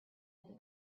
that